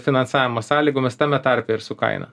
finansavimo sąlygomis tame tarpe ir su kaina